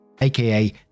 aka